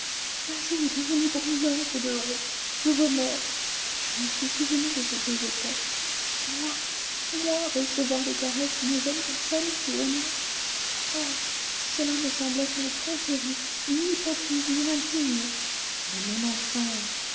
ma joue est devenue brûlante de honte de remords je me suis souvenue de ce que j'étais moi moi recevoir les caresses d'une jeune personne si honnête oh cela me semblait une tromperie une hypocrisie indigne mais mon enfant